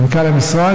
מנכ"ל המשרד,